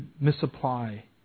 misapply